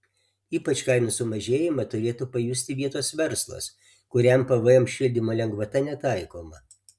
ypač kainų sumažėjimą turėtų pajusti vietos verslas kuriam pvm šildymo lengvata netaikoma